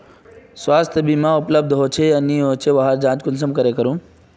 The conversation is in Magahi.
स्वास्थ्य बीमा उपलब्ध होचे या नी होचे वहार जाँच कुंसम करे करूम?